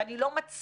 ואני לא מצליח